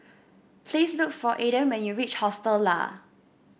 please look for Aaden when you reach Hostel Lah